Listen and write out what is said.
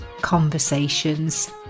conversations